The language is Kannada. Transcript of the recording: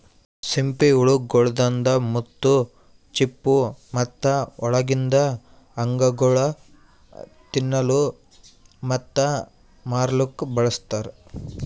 ಸಿಂಪಿ ಹುಳ ಗೊಳ್ದಾಂದ್ ಮುತ್ತು, ಚಿಪ್ಪು ಮತ್ತ ಒಳಗಿಂದ್ ಅಂಗಗೊಳ್ ತಿನ್ನಲುಕ್ ಮತ್ತ ಮಾರ್ಲೂಕ್ ಬಳಸ್ತಾರ್